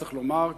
יש לומר,